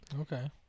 Okay